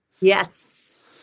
Yes